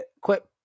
Quit